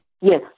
Yes